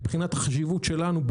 מבחינת החשיבות שלנו,